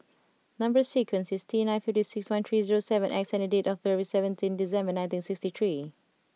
number sequence is T nine five six one three zero seven X and date of birth is seventeen December nineteen sixty three